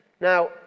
Now